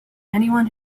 anyone